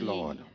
Lord